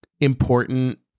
important